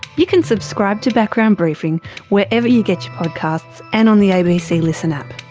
you can subscribe to background briefing wherever you get your podcasts, and on the abc listen app.